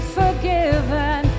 forgiven